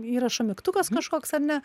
įrašo mygtukas kažkoks ar ne